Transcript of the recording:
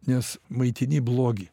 nes maitini blogį